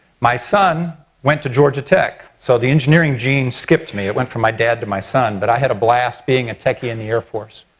my son went to georgia tech, so the engineering gene skipped me. it went from my dad to my son, but i had a blast being a techie in the air force.